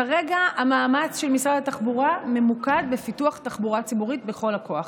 כרגע המאמץ של משרד התחבורה ממוקד בפיתוח תחבורה ציבורית בכל הכוח.